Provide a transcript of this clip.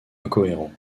incohérents